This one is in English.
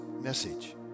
message